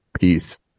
peace